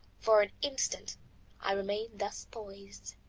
for an instant i remained thus poised.